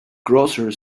grocer